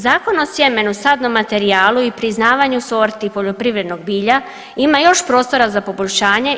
Zakon o sjemenu, sadnom materijalu i priznavanju sorti poljoprivrednog bilja ima još prostora za poboljšanje.